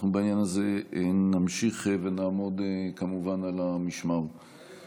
אנחנו בעניין הזה נמשיך ונעמוד על המשמר, כמובן.